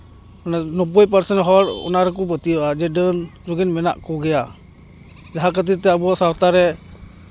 ᱢᱟᱱᱮ ᱱᱳᱵᱽᱵᱳᱭ ᱯᱟᱨᱥᱮᱱ ᱦᱚᱲ ᱚᱱᱟ ᱨᱮᱠᱚ ᱯᱟᱹᱛᱭᱟᱹᱜᱼᱟ ᱡᱮ ᱰᱟᱹᱱ ᱡᱩᱜᱤᱱ ᱢᱮᱱᱟᱜ ᱠᱚᱜᱮᱭᱟ ᱡᱟᱦᱟᱸ ᱠᱷᱟᱹᱛᱤᱨ ᱛᱮ ᱟᱵᱚ ᱥᱟᱶᱛᱟ ᱨᱮ